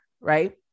right